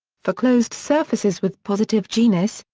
for closed surfaces with positive genus,